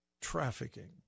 trafficking